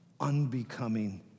Unbecoming